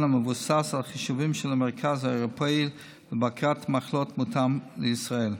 המבוסס על חישובים של המרכז האירופאי לבקרת מחלות ומותאם לישראל,